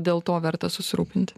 dėl to verta susirūpinti